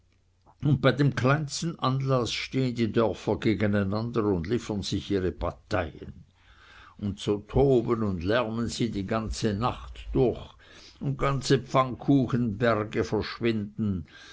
und bei dem kleinsten anlaß stehen die dörfer gegeneinander und liefern sich ihre bataillen und so toben und lärmen sie die ganze nacht durch und ganze pfannkuchenberge verschwinden